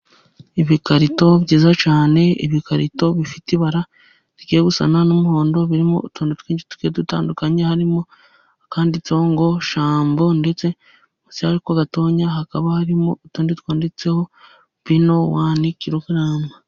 Ibikarito byiza cyane ibikarito bifite ibara rigiye gusa n'umuhondo birimo utuntu twinshi tugiye dutandukanye. Harimo akanditseho ngo shambo ndetse munsi yako gatoya hakaba harimo utundi twanditseho bino wani kirogarama.